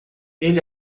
ele